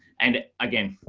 and again,